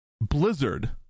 Blizzard